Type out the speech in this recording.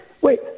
Wait